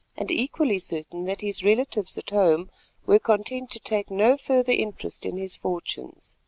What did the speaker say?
and equally certain that his relatives at home were content to take no further interest in his fortunes.